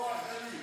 בכוח, אלי.